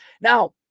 Now